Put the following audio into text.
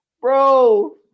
bro